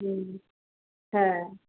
হুম হ্যাঁ